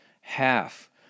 half